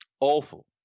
Awful